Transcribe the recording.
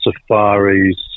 safaris